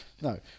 No